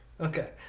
Okay